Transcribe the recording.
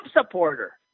supporter